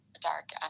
dark